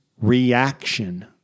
reaction